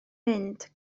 mynd